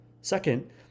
Second